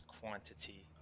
quantity